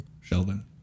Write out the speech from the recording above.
Sheldon